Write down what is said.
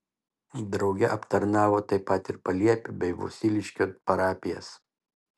drauge aptarnavo taip pat ir paliepių bei vosiliškio parapijas